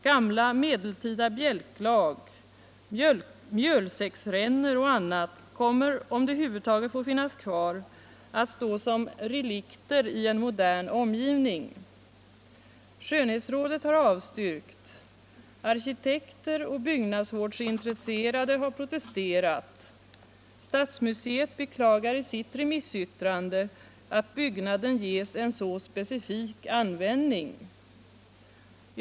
Gamla medeltida bjälklag, mjölsäcksrännor och annat kommer - om de över huvud taget får finnas kvar — att stå som relikter i en modern omgivning. Skönhetsrådet har avstyrkt, arkitekter och byggnadsvårdsintresserade har protesterat och stadsmuseet beklagar i sitt remissyttrande att byggnaden ges en så specifik användning.